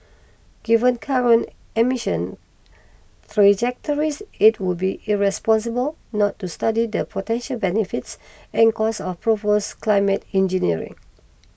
given current emission trajectories it would be irresponsible not to study the potential benefits and costs of propose climate engineering